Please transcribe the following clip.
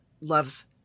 loves